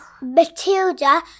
Matilda